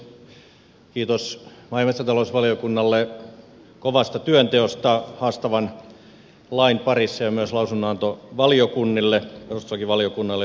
kiitos maa ja metsätalousvaliokunnalle kovasta työnteosta haastavan lain parissa ja myös lausunnonantovaliokunnille perustuslakivaliokunnalle ja ympäristövaliokunnalle